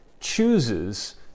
chooses